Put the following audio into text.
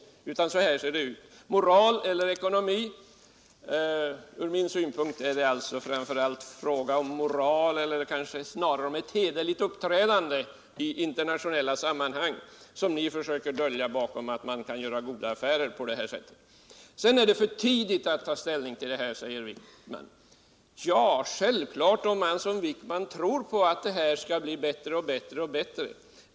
När frågan då ställs om det gäller moral eller ekonomi vill jag svara: Ur min synpunkt är det framför allt fråga om moral eller snarare cw hederligt uppträdande 1 internationella sammanhang. Ni försöker dölja er bakom påståendet att man kan göra goda affärer på det här sättet. Det är för tidigt att ta ställning, säger Anders Wijkman. Det är det självfallet, om man som Anders Wijkman tror att det hela skall bli bättre och bättre.